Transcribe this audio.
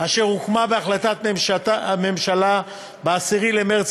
אשר הוקמה בהחלטת הממשלה ב-10 במרס